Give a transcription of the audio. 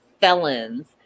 felons